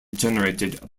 generated